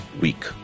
week